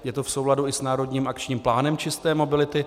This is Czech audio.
Je to v souladu i s národním akčním plánem čisté mobility.